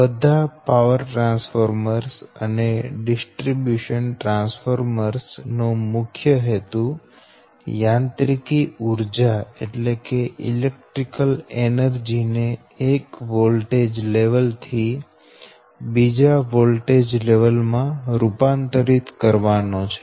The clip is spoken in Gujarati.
બધા પાવર ટ્રાન્સફોર્મર્સ અને ડિસ્ટ્રિબ્યુશન ટ્રાન્સફોર્મર્સ નો મુખ્ય હેતુ યાંત્રિકી ઉર્જા ને એક વોલ્ટેજ લેવલ થી બીજા વોલ્ટેજ લેવલ માં રૂપાંતરિત કરવાનો છે